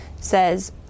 says